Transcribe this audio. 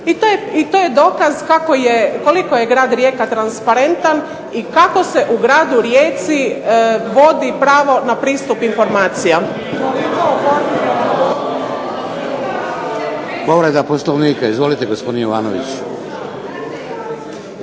i to je dokaz koliko je grad Rijeka transparentan i kako se u gradu Rijeci vodi pravo na pristup informacija.